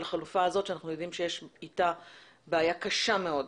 החלופה הזאת שאנחנו יודעים שיש איתה בעיה קשה מאוד.